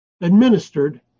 administered